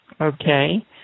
Okay